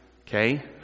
Okay